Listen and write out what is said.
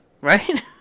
Right